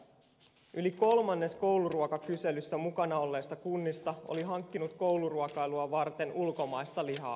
yli kolmannes kouluruokakyselyssä mukana olleista kunnista oli hankkinut kouluruokailua varten ulkomaista lihaa